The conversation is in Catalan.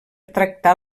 tractar